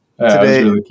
Today